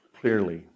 clearly